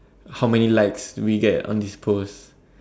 how many likes we get on this post